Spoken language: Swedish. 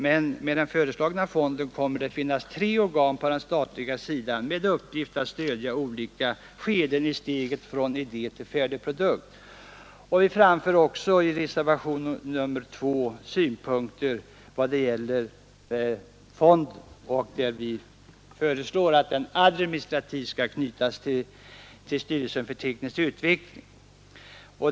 Med den föreslagna fonden kommer det att finnas tre organ på den statliga sidan med uppgift att stödja olika skeden i utvecklingen från idé till färdig produkt. I reservationen 2 anför vi en del synpunkter på fonden och föreslår att den administrativt skall knytas till styrelsen för teknisk utveckling.